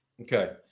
Okay